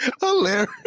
hilarious